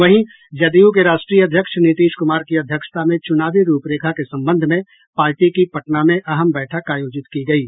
वहीं जदयू के राष्ट्रीय अध्यक्ष नीतीश कुमार की अध्यक्षता में चुनावी रूपरेखा के संबंध में पार्टी की पटना में अहम बैठक आयोजित की गयी